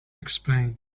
explained